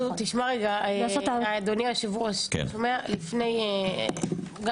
אדוני היושב-ראש, זה מזכיר לי משהו.